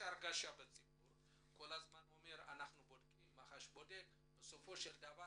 יש לנו הרגשה בציבור שכל הזמן אומרים "מח"ש בודקים" ובסופו של דבר